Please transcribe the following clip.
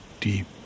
deep